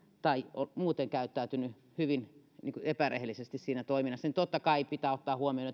tai on muuten käyttäytynyt hyvin epärehellisesti siinä toiminnassa niin totta kai pitää ottaa huomioon